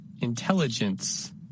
Intelligence